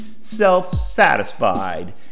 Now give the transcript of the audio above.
self-satisfied